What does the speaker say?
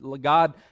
God